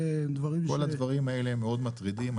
כל הדברים האלה הם מאוד מטרידים,